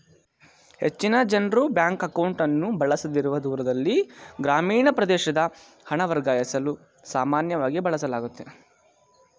ಹೆಚ್ಚಿನ ಜನ್ರು ಬ್ಯಾಂಕ್ ಅಕೌಂಟ್ಅನ್ನು ಬಳಸದಿರುವ ದೂರದಲ್ಲಿ ಗ್ರಾಮೀಣ ಪ್ರದೇಶದ ಹಣ ವರ್ಗಾಯಿಸಲು ಸಾಮಾನ್ಯವಾಗಿ ಬಳಸಲಾಗುತ್ತೆ